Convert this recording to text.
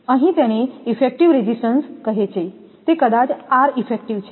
અહીં તેને effective resistance કહે છે તે કદાચ R ઇફેક્ટિવ છે